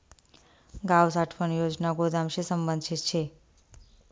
गाव साठवण योजना गोदामशी संबंधित शे